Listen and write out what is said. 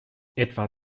etwa